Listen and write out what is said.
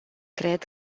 cred